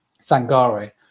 Sangare